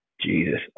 Jesus